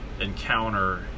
encounter